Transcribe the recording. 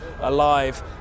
alive